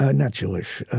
ah not jewish,